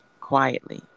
quietly